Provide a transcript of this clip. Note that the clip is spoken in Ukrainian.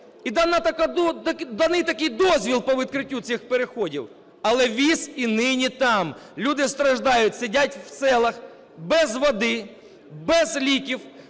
І даний такий дозвіл по відкриттю цих переходів, але "віз і нині там". Люди страждають, сидять в селах без води, без ліків,